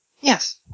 Yes